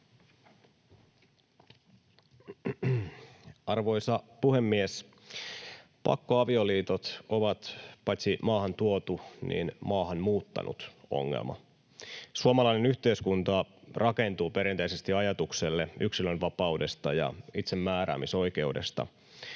Arvoisa puhemies! Pakkoavioliitot ovat paitsi maahan tuotu myös maahan muuttanut ongelma. Suomalainen yhteiskunta rakentuu perinteisesti ajatukselle yksilön vapaudesta ja itsemääräämisoikeudesta,